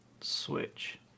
Switch